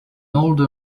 older